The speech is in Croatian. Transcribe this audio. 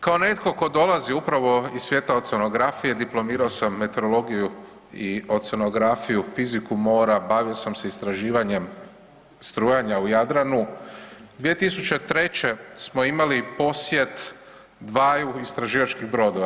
Kao netko tko dolazi upravo iz svijeta oceanografije, diplomirao sam meteorologiju i oceanografiju, fiziku mora, bavio sam se istraživanjem strujanja u Jadranu, 2003. smo imali posjet dvaju istraživačkih brodova.